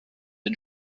den